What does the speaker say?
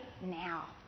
now